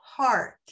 Heart